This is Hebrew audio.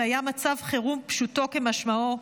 שהיה מצב חירום פשוטו כמשמעו,